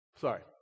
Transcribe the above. sorry